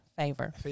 Favor